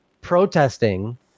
protesting